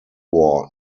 war